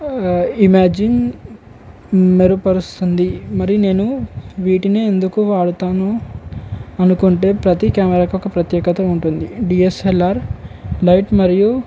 imagine మెరుగుపరుస్తుంది మరి నేను వీటినే ఎందుకు వాడుతానో అనుకుంటే ప్రతి కెమెరాకు ఒక ప్రత్యేకత ఉంటుంది డిఎస్ఎల్ఆర్ లైట్ మరియు